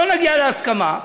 לא נגיע להסכמה,